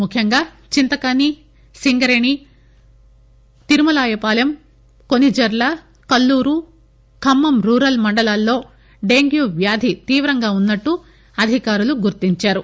ముఖ్యంగా చింతకాని సింగరేణి తిరుమలాయపాలెం కోణిజర్ల కల్లూరు ఖమ్మం రూపరల్ మండలాల్లో డెంగ్యూ వ్యాధి తీవ్రంగా ఉన్సట్లు అధికారులు గుర్తించారు